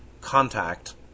contact